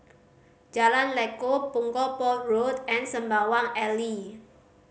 Jalan Lekub Punggol Port Road and Sembawang Alley